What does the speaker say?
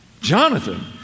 Jonathan